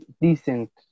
decent